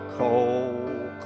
cold